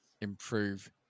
improve